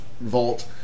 vault